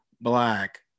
black